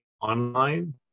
online